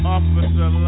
Officer